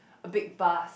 a big buzz